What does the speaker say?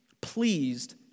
pleased